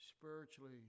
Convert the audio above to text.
spiritually